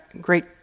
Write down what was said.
great